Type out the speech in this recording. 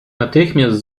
natychmiast